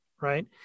right